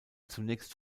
zunächst